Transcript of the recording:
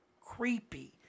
creepy